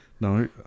No